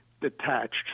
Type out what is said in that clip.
detached